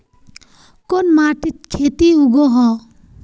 कोन माटित खेती उगोहो?